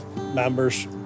members